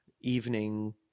evening